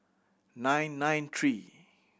nine nine three